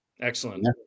Excellent